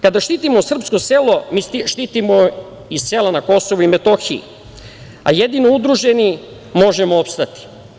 Kada štitimo srpsko selo, mi štitimo i sela na Kosovu i Metohiji, a jedino udruženi možemo opstati.